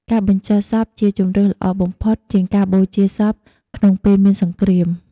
ការបញ្ចុះសពជាជម្រើសល្អបំផុតជាងការបូជាសព ក្នុងពេលមានសង្គ្រាម។